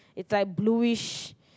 it's like bluish